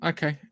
Okay